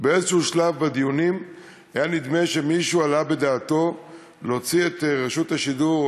באיזה שלב בדיונים היה נדמה שמישהו העלה בדעתו להוציא את רשות השידור,